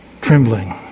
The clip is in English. trembling